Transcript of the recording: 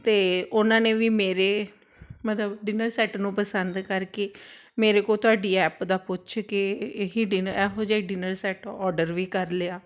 ਅਤੇ ਉਹਨਾਂ ਨੇ ਵੀ ਮੇਰੇ ਮਤਲਬ ਡਿਨਰ ਸੈਟ ਨੂੰ ਪਸੰਦ ਕਰਕੇ ਮੇਰੇ ਕੋਲ ਤੁਹਾਡੀ ਐਪ ਦਾ ਪੁੱਛ ਕੇ ਇਹੀ ਡਿਨ ਇਹੋ ਜਿਹਾ ਹੀ ਡਿਨਰ ਸੈਟ ਔਡਰ ਵੀ ਕਰ ਲਿਆ